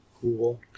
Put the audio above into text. cool